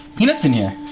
peanut's in here.